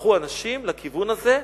הלכו אנשים לכיוון הזה,